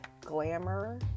Glamour